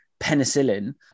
penicillin